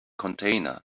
container